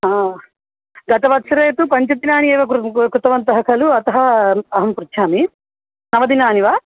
हा गतवत्सरे तु पञ्चदिनानि एव कृ कृतवन्तः खलु अतः अहं पृच्छामि नवदिनानि वा